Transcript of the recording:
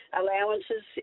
allowances